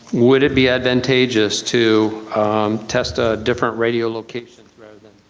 would it be advantageous to test a different radial location rather than.